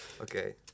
okay